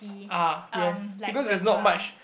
ah yes because there's not much